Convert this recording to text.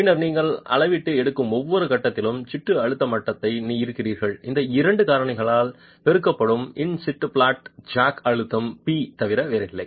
பின்னர் நீங்கள் அளவீட்டு எடுக்கும் ஒவ்வொரு கட்டத்திலும் சிட்டு அழுத்த மட்டத்தில் இருக்கிறீர்கள் இந்த இரண்டு காரணிகளால் பெருக்கப்படும் இன் சிட்டு பிளாட் ஜாக் அழுத்தம் p தவிர வேறில்லை